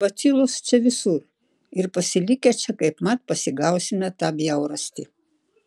bacilos čia visur ir pasilikę čia kaip mat pasigausime tą bjaurastį